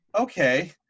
Okay